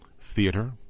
Theater